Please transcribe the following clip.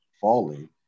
falling